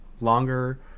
longer